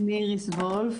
שמי איריס וולף,